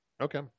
Okay